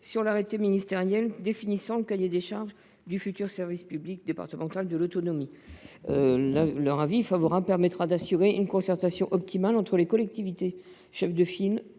sur l’arrêté ministériel définissant le cahier des charges du futur service public départemental de l’autonomie. Leur avis favorable permettra d’assurer une concertation optimale entre les collectivités cheffes de file